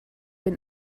been